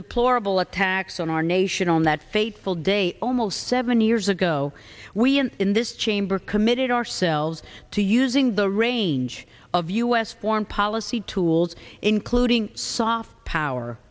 deplorable attacks on our nation on that fateful day almost seven years ago we and in this chamber committed ourselves to using the range of u s foreign policy tools including soft power